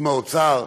של האוצר,